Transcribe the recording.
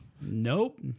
Nope